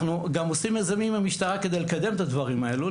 אנחנו גם עושים יזמים עם המשטרה כדי לקדם את הדברים האלה.